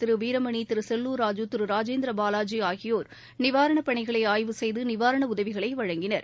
திருவீரமணி திருசெல்லூர் ராஜூ திருராஜேந்திரபாவாஜிஆகியோர் நிவாரணப் பணிகளைஆய்வு செய்துநிவாரணஉதவிகளைவழங்கினர்